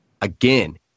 again